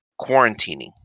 Quarantining